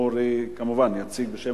אורי, כמובן, יציג בשם